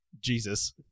Jesus